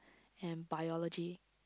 and biology